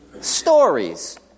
Stories